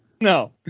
No